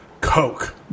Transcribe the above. Coke